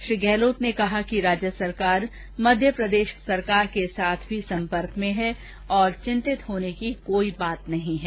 उन्होंने कहा कि राज्य सरकार मध्यप्रदेश सरकार के साथ भी संपर्क में है और चिन्तित होने की कोई बात नहीं है